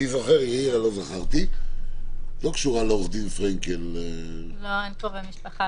אני קוראת: "הכרת הלקוח 2. (א)לעניין סעיף זה,